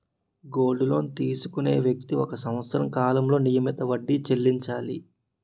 gold loan తీసుకునే వ్యక్తి ఒక సంవత్సర కాలంలో నియమిత వడ్డీ చెల్లించాలి